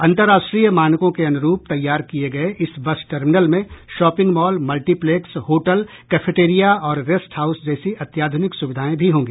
अंतर्राष्ट्रीय मानकों के अनुरूप तैयार किये गये इस बस टर्मिनल में shopping mall multiplex hotel cafeteria और रेस्ट हाउस जैसी अत्याध्रनिक सुविधाएं भी होंगी